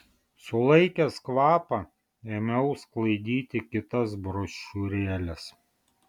sulaikęs kvapą ėmiau sklaidyti kitas brošiūrėles